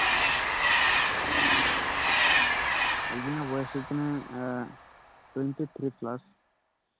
ᱟᱹᱞᱤᱧᱟᱜ ᱵᱚᱭᱮᱥ ᱦᱩᱭᱩᱜ ᱠᱟᱱᱟ ᱴᱩᱭᱮᱱᱴᱤ ᱛᱷᱨᱤ ᱯᱞᱟᱥ